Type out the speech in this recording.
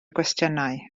gwestiynau